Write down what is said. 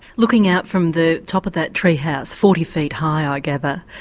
looking out from the top of that tree house, forty feet high i gather.